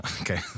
Okay